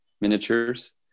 miniatures